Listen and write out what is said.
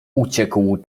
uciekł